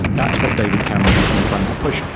that's what david cameron has been trying to push,